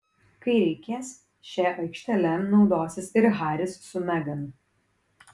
kai reikės šia aikštele naudosis ir haris su megan